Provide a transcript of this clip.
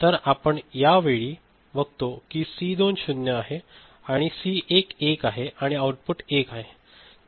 तर आपण या वेळी बघतो कि सी 2 0 आणि सी 1 1 आणि आऊटपुट 1 आहे